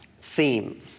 theme